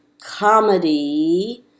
comedy